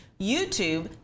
YouTube